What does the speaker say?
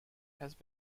has